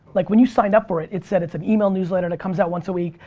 like when you signed up for it, it said it's an email newsletter that comes out once a week.